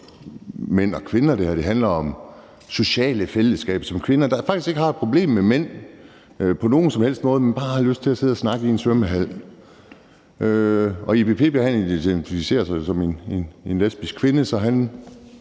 mænd og kvinder, forstår jeg; det handler om sociale fællesskaber og kvinder, der faktisk ikke har et problem med mænd på nogen som helst måde, men bare har lyst til at sidde og snakke i en svømmehal. Og Ibi-Pippi identificerer sig jo som en lesbisk kvinde, så han